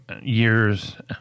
years